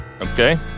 Okay